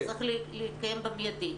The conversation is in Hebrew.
זה צריך להתקיים במיידי.